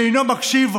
שאינו מקשיב,